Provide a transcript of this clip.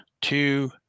two